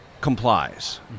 complies